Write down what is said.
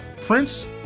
Prince